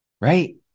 Right